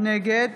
נגד